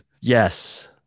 Yes